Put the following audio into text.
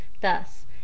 Thus